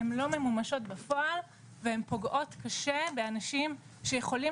הן לא ממשות בפועל ופוגעות קשה באנשים שיכולים